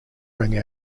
rang